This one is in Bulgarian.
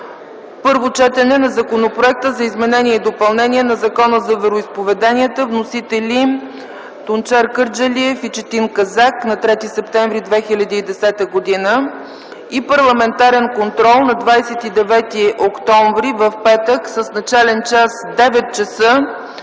Първо четене на Законопроекта за изменение и допълнение на Закона за вероизповеданията. Вносители - Тунчер Кърджалиев и Четин Казак, 3 септември 2010 г. 12. Парламентарен контрол” - на 29 октомври, петък, с начален час - 9,00